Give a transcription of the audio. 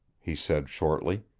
he said shortly.